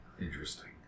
Interesting